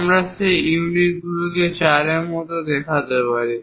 আমরা এই ইউনিটগুলিকে 4 এর মতো দেখাতে পারি